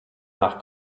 nach